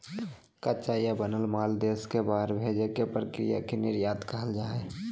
कच्चा या बनल माल देश से बाहर भेजे के प्रक्रिया के निर्यात कहल जा हय